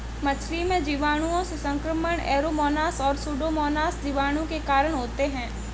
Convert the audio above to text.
मछली में जीवाणुओं से संक्रमण ऐरोमोनास और सुडोमोनास जीवाणु के कारण होते हैं